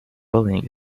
bullying